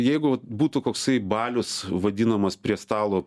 jeigu vat būtų koksai balius vadinamas prie stalo